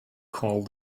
call